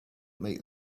make